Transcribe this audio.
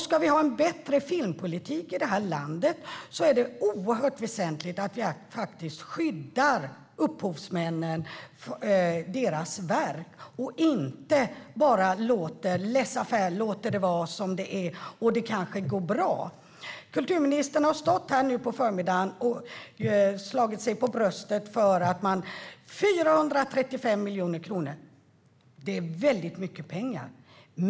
Ska vi ha en bättre filmpolitik i det här landet är det oerhört väsentligt att vi skyddar upphovsmännen och deras verk och inte bara låter laissez-faire råda. Vi kan inte låta det vara som det är och hoppas att det kanske går bra. Kulturministern har stått här nu på förmiddagen och slagit sig för bröstet över 435 miljoner kronor. Det är väldigt mycket pengar.